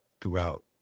throughout